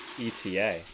ETA